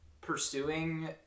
pursuing